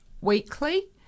weekly